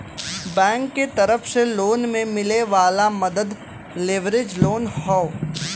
bank के तरफ से लोन में मिले वाला मदद लेवरेज लोन हौ